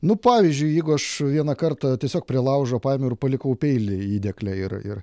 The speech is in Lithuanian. nnu pavyzdžiui jeigu aš vieną kartą tiesiog prie laužo paėmiau ir palikau peilį įdėkle ir ir